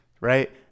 right